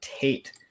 Tate